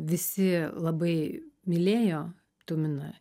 visi labai mylėjo tuminą